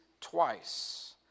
twice